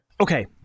Okay